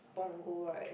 Punggol right